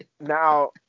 Now